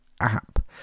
app